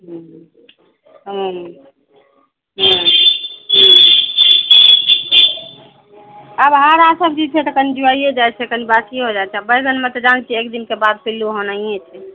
आब हरा सब्जी छै तऽ कनि जुआइओ जाइत छै कनि बासिओ हो जाइत छै बैगनमऽ तऽ जानय छियै एक दिनके बाद पिल्लू होना ही छै